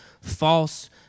false